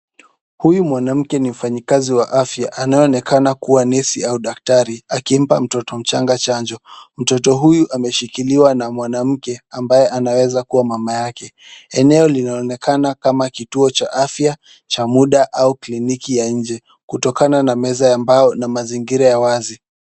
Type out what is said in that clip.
Huyu mwanamke ni mfanyikazi wa afya anayeonekana kuwa nesi au daktari, akimpa mtoto mchanga chanjo. Mtoto huyu ameshikiliwa na mwanamke ambaye anaweza kuwa mama yake. Eneo linaonekana kama kituo cha afya cha muda au kliniki ya nje, kutokana na meza ya mbao na mazingira ya wazi.